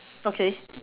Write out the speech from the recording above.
okay